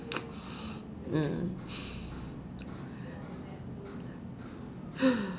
mm